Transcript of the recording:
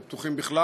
או פתוחים בכלל,